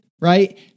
right